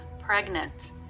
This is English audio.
pregnant